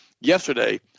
Yesterday